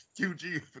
QG